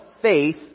faith